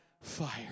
fire